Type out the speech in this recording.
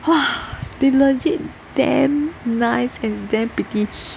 !wah! they legit damn nice it's damn pretty